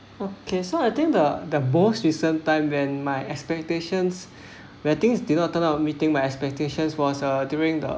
okay so I think the the most recent time when my expectations where things did not turn up meeting my expectations was during the